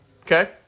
Okay